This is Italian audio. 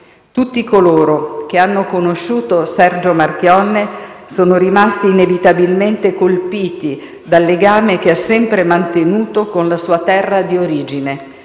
Tutti coloro che hanno conosciuto Sergio Marchionne sono rimasti inevitabilmente colpiti dal legame che ha sempre mantenuto con la sua terra d'origine,